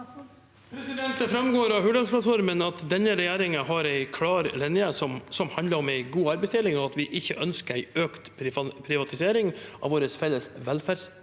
Det framgår av Hurdalsplattformen at denne regjeringen har en klar linje som handler om en god arbeidsdeling, og at vi ikke ønsker økt privatisering av våre felles velferdstjenester.